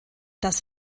das